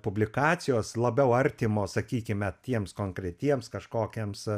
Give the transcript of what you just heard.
publikacijos labiau artimos sakykime tiems konkretiems kažkokiems